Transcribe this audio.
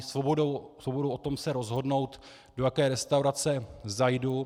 Svobodou o tom se rozhodnout do jaké restaurace zajdu.